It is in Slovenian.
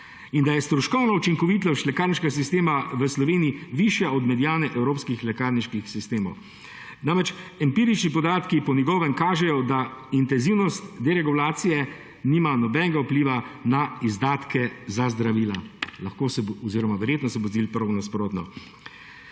in da je stroškovna učinkovitost lekarniškega sistema v Sloveniji višja od mediane evropskih lekarniških sistemov. Namreč, empirični podatki po njegovem kažejo, da intenzivnost deregulacije nima nobenega vpliva na izdatke za zdravila − verjetno se bo zgodilo prav nasprotno